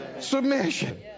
submission